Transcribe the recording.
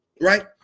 right